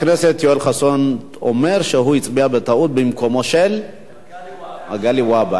אדוני היושב-ראש, אני הצבעתי בטעות אצל מגלי והבה.